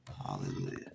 Hallelujah